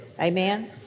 Amen